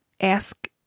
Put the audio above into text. ask